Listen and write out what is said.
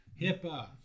HIPAA